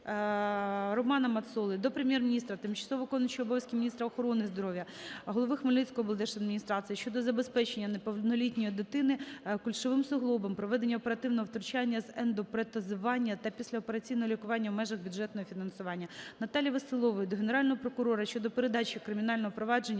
Романа Мацоли до Прем'єр-міністра, тимчасово виконуючої обов'язки міністра охорони здоров'я, голови Хмельницької облдержадміністрації щодо забезпечення неповнолітньої дитини кульшовим суглобом, проведення оперативного втручання з ендопротезування та післяопераційного лікування в межах бюджетного фінансування. Наталії Веселової до Генерального прокурора щодо передачі кримінального провадження